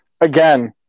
Again